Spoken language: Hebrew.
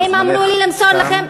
הם אמרו לי למסור לכם,